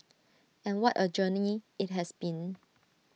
and what A journey IT has been